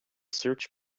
search